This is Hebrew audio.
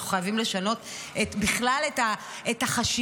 אנחנו חייבים לשנות בכלל את החשיבה,